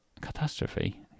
Catastrophe